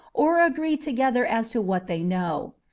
or agree together as to what they know.